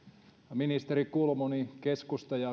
ministeri kulmuni keskusta ja